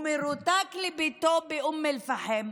הוא מרותק לביתו באום אל-פחם,